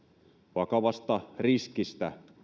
vakavasta riskistä